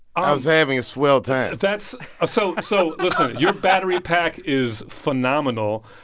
i was having a swell time that's ah so so. listen. your battery pack is phenomenal.